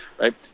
right